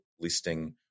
listing